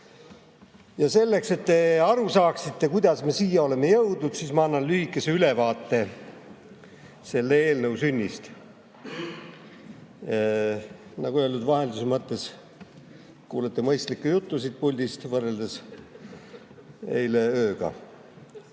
Selleks, et te aru saaksite, kuidas me siia oleme jõudnud, ma annan lühikese ülevaate selle eelnõu sünnist. Nagu öeldud, vahelduse mõttes kuulete mõistlikku juttu siit puldist võrreldes eilse ööga. Nii.